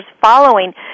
Following